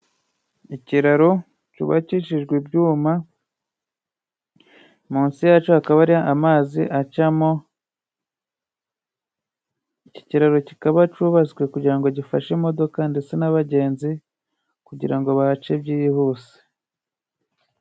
Ikiraro cyubakishijwe ibyuma munsi yacyo haba amazi acamo; iki kiraro kikaba cyubatswe kugira gifashe imodoka ndetse n' abagenzi, kugira ngo bahace byihuse.